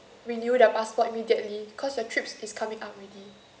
renew the passport immediately cause your trips is coming up already